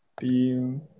team